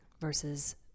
versus